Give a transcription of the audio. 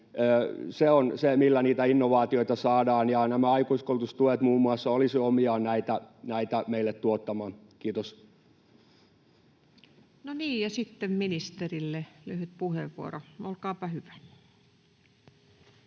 Se on se, millä niitä innovaatioita saadaan, ja nämä aikuiskoulutustuet muun muassa olisivat omiaan näitä meille tuottamaan. — Kiitos. No niin. — Ja sitten ministerille lyhyt puheenvuoro. — Olkaapa hyvä.